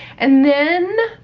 and then,